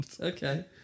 Okay